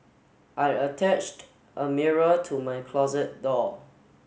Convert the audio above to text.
I attached a mirror to my closet door